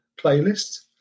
playlist